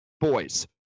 boys